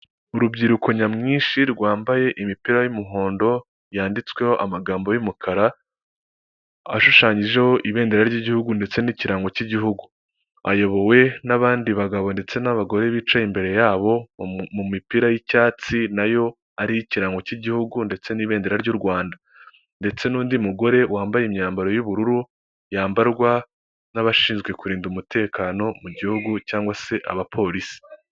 Urubyiruko nyamwinshi rwambaye imipira y'umuhondo yanditsweho amagambo y'umukara ashushanyijeho ibendera ry'igihugu ndetse n'ikirango cy'igihugu, ayobowe n'abandi bagabo ndetse n'abagore bicaye imbere yabo mu mipira y'icyatsi nayo ari ikirango cy'igihugu ndetse n'ibendera ry'u Rwanda ndetse n'undi mugore wambaye imyambaro y'ubururu yambarwa n'abashinzwe kurinda umutekano mu gihugu cyangwa se abapolisi.